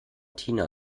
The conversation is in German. tina